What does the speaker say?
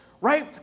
right